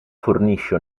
fornisce